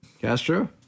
Castro